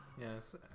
Yes